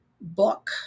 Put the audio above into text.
book